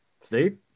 Steve